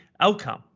outcome